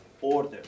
order